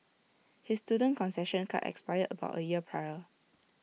his student concession card expired about A year prior